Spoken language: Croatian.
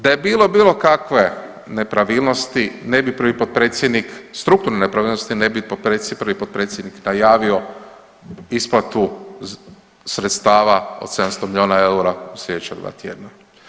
Da je bilo bilo kakve nepravilnosti, ne bi prvi potpredsjednik strukturne nepravilnosti ne bi ... prvi potpredsjednik najavio isplatu sredstava od 700 milijuna eura u sljedeća 2 tjedna.